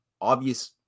obvious